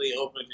open